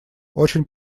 очень